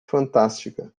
fantástica